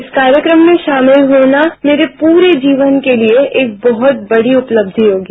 इस कार्यक्रम में शामिल होना मेरे पूरे जीवन के लिए एक बहुत बड़ी उपलब्धि होगी